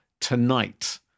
tonight